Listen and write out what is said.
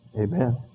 Amen